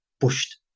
pushed